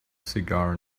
cigar